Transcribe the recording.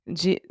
de